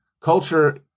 culture